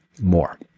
more